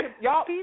y'all